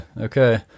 okay